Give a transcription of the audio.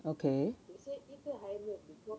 okay